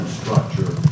structure